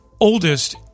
Oldest